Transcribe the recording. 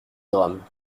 drame